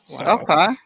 Okay